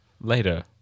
Later